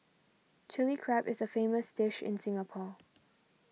Chilli Crab is a famous dish in Singapore